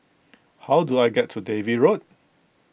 how do I get to Dalvey Road